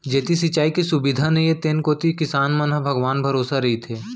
जेती सिंचाई के सुबिधा नइये तेन कोती किसान मन ह भगवान भरोसा रइथें